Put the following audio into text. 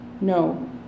No